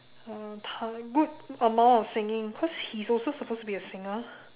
uh time good amount of singing cause he's also supposed to be a singer